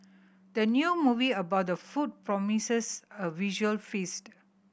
the new movie about the food promises a visual feast